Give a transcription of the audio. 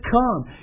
come